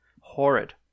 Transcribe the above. horrid